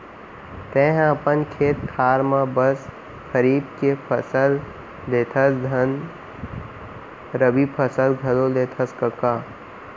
तैंहा अपन खेत खार म बस खरीफ के फसल लेथस धन रबि फसल घलौ लेथस कका?